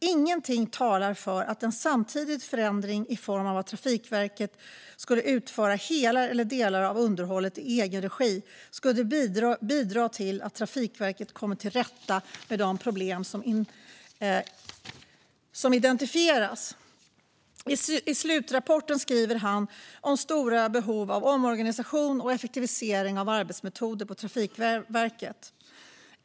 Ingenting talar för att en samtidig förändring i form av att Trafikverket skulle utföra hela eller delar av underhållet i egen regi skulle bidra till att Trafikverket kommer till rätta med de problem som identifierats." I slutrapporten skriver Alexandersson om stora behov av omorganisation och effektivisering av arbetsmetoder på Trafikverket.